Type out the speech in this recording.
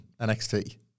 NXT